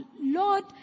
lord